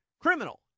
criminal